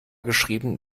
geschrieben